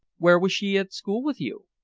where was she at school with you?